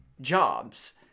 jobs